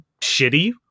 shitty